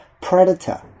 predator